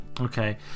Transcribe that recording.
okay